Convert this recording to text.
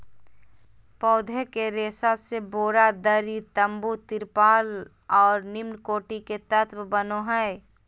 पौधे के रेशा से बोरा, दरी, तम्बू, तिरपाल और निम्नकोटि के तत्व बनो हइ